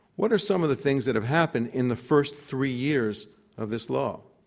what are some of the things that have happened in the first three years of this law?